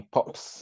Pop's